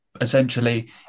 essentially